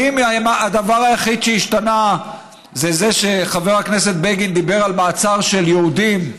האם הדבר היחיד שהשתנה זה זה שחבר הכנסת בגין דיבר על מעצר של יהודים,